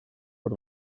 per